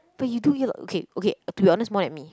but you do eat a okay okay to be honest more than me